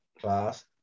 class